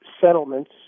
settlements